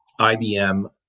IBM